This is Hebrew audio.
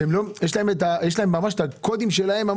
יש להם ממש את הקודים שלהם,